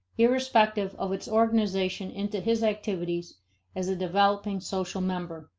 irrespective of its organization into his activities as a developing social member.